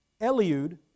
Eliud